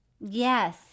Yes